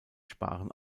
sparen